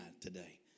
today